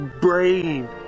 brain